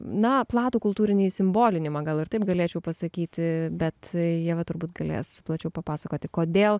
na platų kultūrinį simbolinį magą ir taip galėčiau pasakyti bet ieva turbūt galės plačiau papasakoti kodėl